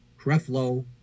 Creflo